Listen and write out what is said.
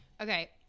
okay